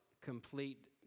complete